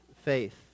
faith